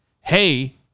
hey